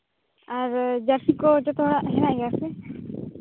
ᱟᱨ ᱡᱟᱹᱨᱥᱤ ᱠᱚ ᱡᱚᱛᱚ ᱦᱚᱲᱟᱜ ᱦᱮᱱᱟᱜ ᱜᱮᱭᱟ ᱥᱮ